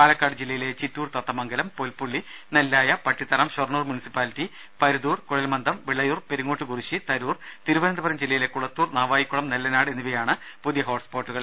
പാലക്കാട് ജില്ലയിലെ ചിറ്റൂർ തത്തമംഗലം പൊൽപ്പുള്ളി നെല്ലായ പട്ടിത്തറ ഷൊർണൂർ മുൻസിപ്പാലിറ്റി പരുതൂർ കുഴൽമന്ദം വിളയൂർ പെരുങ്ങോട്ടുകുറിശി തരൂർ തിരുവനന്തപുരം ജില്ലയിലെ കുളത്തൂർ നാവായിക്കുളം നെല്ലനാട് എന്നിവയാണ് പുതിയ ഹോട്ട് സ്പോട്ടുകൾ